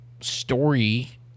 story